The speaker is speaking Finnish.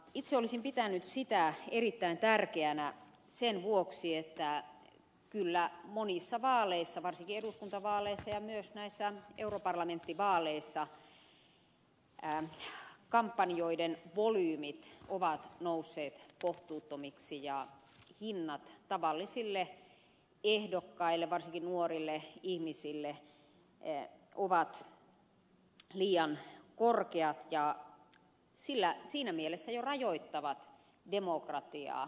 itse olisin pitänyt sitä erittäin tärkeänä sen vuoksi että kyllä monissa vaaleissa varsinkin eduskuntavaaleissa ja myös näissä europarlamentin vaaleissa kampanjoiden volyymit ovat nousseet kohtuuttomiksi ja hinnat tavallisille ehdokkaille varsinkin nuorille ihmisille ovat liian korkeat ja siinä mielessä jo rajoittavat demokratiaa